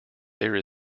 there